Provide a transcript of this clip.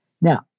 Now